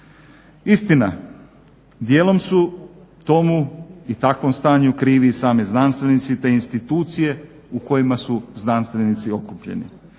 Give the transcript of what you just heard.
Istina, dijelom su tomu i takvom stanju krivi i sami znanstvenici te institucije u kojima su znanstvenici okupljeni.